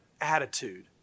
attitude